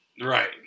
Right